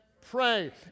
pray